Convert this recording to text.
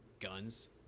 guns